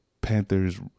Panthers